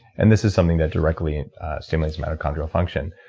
and this is something that directly stimulates mitochondrial function.